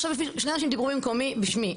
עכשיו שני אנשים דיברו במקומי, בשמי.